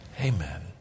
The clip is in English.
Amen